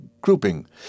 grouping